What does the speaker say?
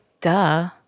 duh